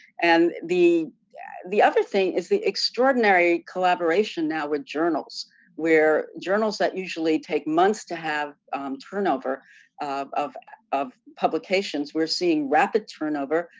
and the yeah the other thing is the extraordinary collaboration now with journals where journals that usually take months to have turnover of of publications we're seeing rapid turnover,